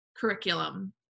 curriculum